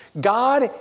God